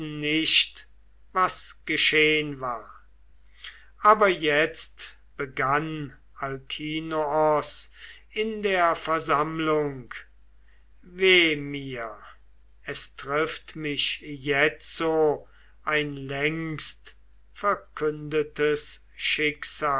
nicht was geschehn war aber jetzt begann alkinoos in der versammlung weh mir es trifft mich jetzo ein längst